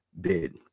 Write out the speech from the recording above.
bid